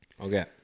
Okay